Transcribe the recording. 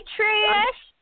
Trish